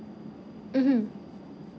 mmhmm